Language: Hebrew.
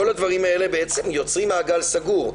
כל הדברים האלה יוצרים מעגל סגור,